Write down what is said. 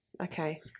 okay